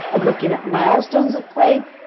of looking at milestones of play.